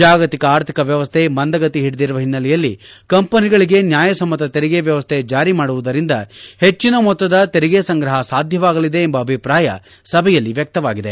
ಜಾಗತಿಕ ಆರ್ಥಿಕ ವ್ಯವಸ್ಥೆ ಮಂದಗತಿ ಹಿಡಿದಿರುವ ಹಿನ್ನೆಲೆಯಲ್ಲಿ ಕಂಪನಿಗಳಿಗೆ ನ್ಯಾಯಸಮ್ಮತ ತೆರಿಗೆ ವ್ಕವಸ್ಥೆ ಜಾರಿ ಮಾಡುವುದರಿಂದ ಹೆಚ್ಚನ ಮೊತ್ತದ ತೆರಿಗೆ ಸಂಗ್ರಹ ಸಾಧ್ಯವಾಗಲಿದೆ ಎಂಬ ಅಭಿಪ್ರಾಯ ಸಭೆಯಲ್ಲಿ ವ್ಯಕ್ತವಾಗಿದೆ